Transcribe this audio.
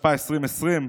התשפ"א 2020,